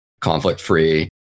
conflict-free